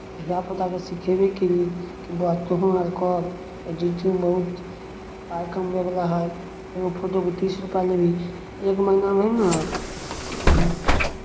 धिया पुताकेँ सिखयबे कयली बौआ तूहो अर कर एडिटिंग बहुत पाइ कमबयवला हइ एगो फोटोके तीस रुपैआ लेली एक महीनामे हए ने